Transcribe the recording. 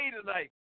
tonight